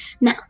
Now